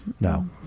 No